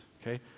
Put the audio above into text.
okay